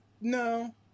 No